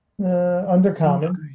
Undercommon